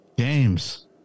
games